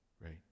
right